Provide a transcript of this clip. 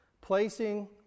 placing